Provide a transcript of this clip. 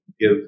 give